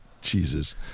Jesus